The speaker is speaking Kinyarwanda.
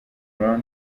brown